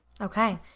Okay